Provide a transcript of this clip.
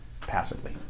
passively